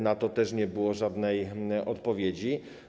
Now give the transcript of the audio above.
Na to też nie było żadnej odpowiedzi.